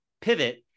pivot